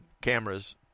cameras